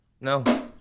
No